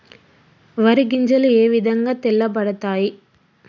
వరి గింజలు ఏ విధంగా తెల్ల పడతాయి?